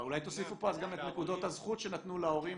אולי תוסיפו פה אז גם את נקודת הזכות שנתנו להורים